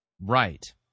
Right